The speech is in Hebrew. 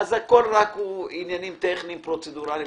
אז כל היתר הוא רק עניינים טכניים פרוצדורליים.